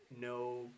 no